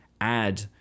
add